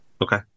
Okay